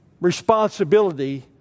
responsibility